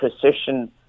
precision